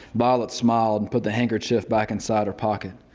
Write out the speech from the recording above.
violet smiled, put the handkerchief back inside her pocket.